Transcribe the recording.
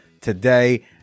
today